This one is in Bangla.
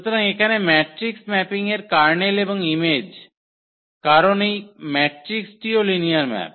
সুতরাং এখানে ম্যাট্রিক্স ম্যাপিংয়ের কার্নেল এবং ইমেজ কারণ এই ম্যাট্রিক্সটিও লিনিয়ার ম্যাপ